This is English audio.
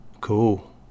Cool